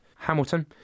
Hamilton